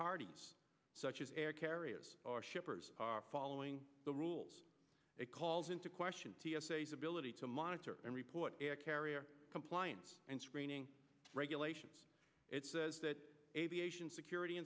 party such as air carriers or shippers are following the rules it calls into question t s a is ability to monitor and report air carrier compliance and screening regulations it says that aviation security